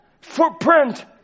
Footprint